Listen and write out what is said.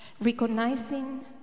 recognizing